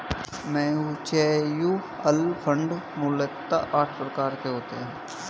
mutual fund मूलतः आठ प्रकार के होते हैं